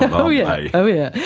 ah oh yeah, yeah oh yeah.